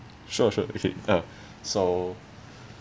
sure sure okay ah so